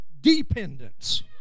dependence